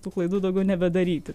tų klaidų daugiau nebedaryti